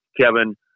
Kevin